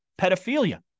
pedophilia